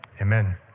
Amen